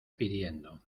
pidiendo